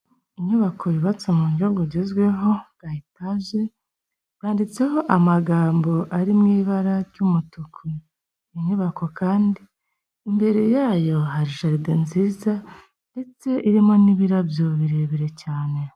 Inyubako yubatse mu buryo bugezweho bwa etaje, yanditseho amagambo ari mu ibara ry'umutuku, iyi nyubako kandi imbere yayo hari jaride nziza ndetse irimo n'ibirabyo birebire cyane.